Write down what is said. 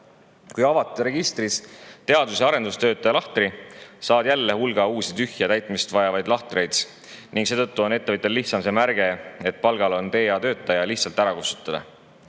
Kui avate registris teadus- ja arendustöötaja lahtri, saad jälle hulga uusi tühje, täitmist vajavaid lahtreid. Seetõttu on ettevõtjal lihtsam see märge, et palgal on TA-töötaja, lihtsalt ära kustutada.